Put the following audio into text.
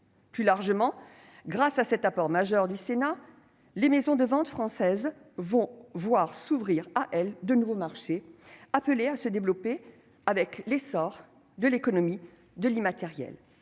Plus largement, grâce à cet apport majeur du Sénat, les maisons de vente françaises verront s'ouvrir à elles de nouveaux marchés, appelés à se développer avec l'essor de l'économie de l'immatériel